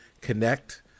Connect